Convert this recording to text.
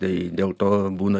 tai dėl to būna